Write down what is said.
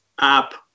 app